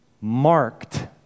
marked